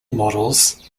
models